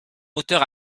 moteur